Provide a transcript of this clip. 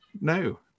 no